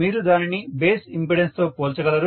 మీరు దానిని base impedance తో పోల్చగలరు